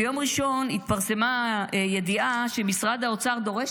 ביום ראשון התפרסמה ידיעה שמשרד האוצר דורש